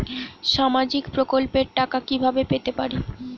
সামাজিক প্রকল্পের টাকা কিভাবে পেতে পারি?